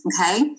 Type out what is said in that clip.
okay